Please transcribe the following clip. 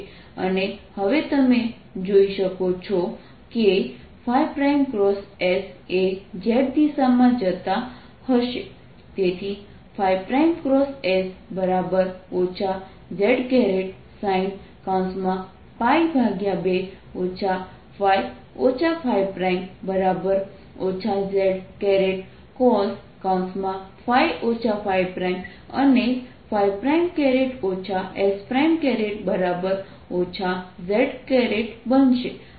અને હવે તમે જોઈ શકો છો કે s એ z દિશામાં જતા હશે તેથી s zsin 2 zcos અને s z બનશે